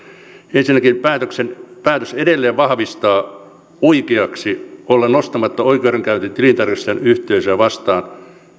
ensinnäkin päätös edelleen vahvistaa oikeaksi olla nostamatta oikeudenkäyntiä tilintarkastajayhteisöä vastaan